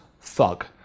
thug